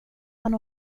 man